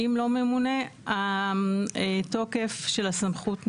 אם לא ממונה, התוקף של הסמכות ניטל.